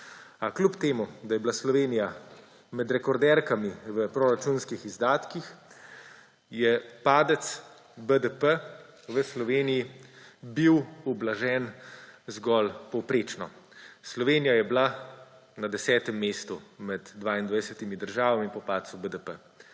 kljub temu, da je bila Slovenija med rekorderkami v proračunskih izdatkih, je bil padec BDP v Sloveniji ublažen zgolj povprečno. Slovenija je bila na 10. mestu med 22 državami po padcu BDP,